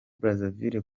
brazzaville